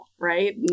right